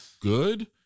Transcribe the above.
good